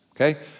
Okay